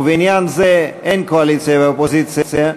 ובעניין זה אין קואליציה ואופוזיציה,